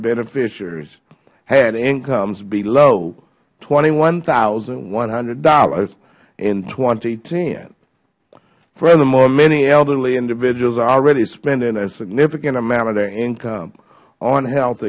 beneficiaries had incomes below twenty one thousand one hundred dollars in two thousand and ten furthermore many elderly individuals are already spending a significant amount of their income on health